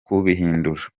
kubihindura